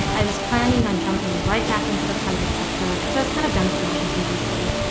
i was planning on jumping right back into the private sector because i was kind of done with washington, d c.